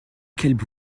quelles